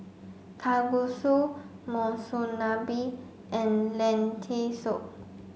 Kalguksu Monsunabe and Lentil soup